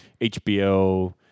HBO